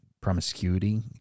promiscuity